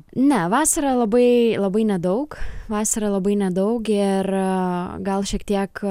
ne vasarą labai labai nedaug vasarą labai nedaug ir gal šiek tiek